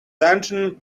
dungeon